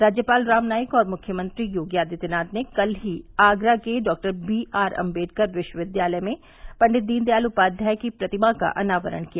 राज्यपाल राम नाईक और मुख्यमंत्री योगी आदित्यनाथ ने कल ही आगरा के डॉक्टर बीआरअम्बेडकर विश्वविद्यालय में पंडित दीनदयाल उपाध्याय की प्रतिमा का अनावरण किया